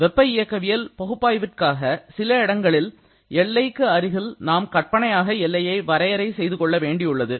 வெப்ப இயக்கவியல் பகுப்பாய்விற்க்காக சில இடங்களில் எல்லைக்கு அருகில் நாம் கற்பனையாக எல்லையை வரையறை செய்து கொள்ள வேண்டியுள்ளது